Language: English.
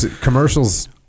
Commercials